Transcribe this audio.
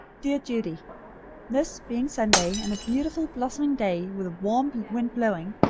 dear judy this being sunday and a beautiful blossoming day, with a warm wind blowing,